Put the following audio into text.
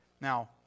Now